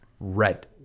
Red